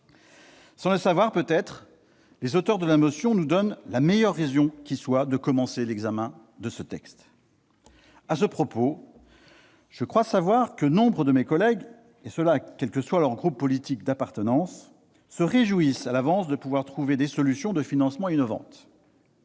Sans le savoir peut-être, les auteurs de la motion nous donnent la meilleure raison qui soit de commencer l'examen de ce texte. À ce propos, je crois savoir que nombre de mes collègues, et ce quel que soit leur groupe politique d'appartenance, se réjouissent à l'avance de pouvoir trouver des solutions de financement innovantes.